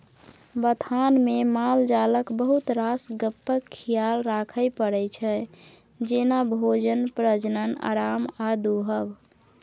बथानमे मालजालक बहुत रास गप्पक खियाल राखय परै छै जेना भोजन, प्रजनन, आराम आ दुहब